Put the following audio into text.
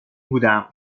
بودم